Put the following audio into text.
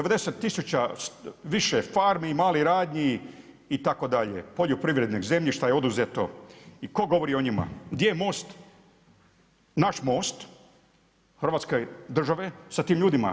90 tisuća više farmi, malih radnji itd., poljoprivrednih zemljišta je oduzeto i tko govori o njima, gdje je most, naš most hrvatske države sa tim ljudima.